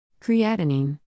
Creatinine